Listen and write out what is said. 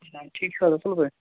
جِناب ٹھیٖک چھُو حظ اَصٕل پٲٹھۍ